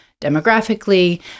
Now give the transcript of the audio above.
demographically